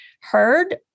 heard